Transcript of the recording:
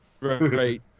right